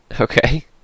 Okay